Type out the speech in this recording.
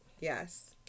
Yes